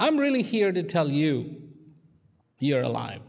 i'm really here to tell you you're alive